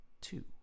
two